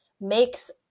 makes